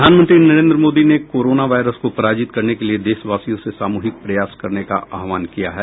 प्रधानमंत्री नरेन्द्र मोदी ने corona virus को पराजित करने के लिए देशवासियों से सामूहिक प्रयास करने का आहवान किया है